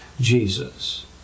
Jesus